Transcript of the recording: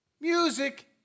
music